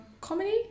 comedy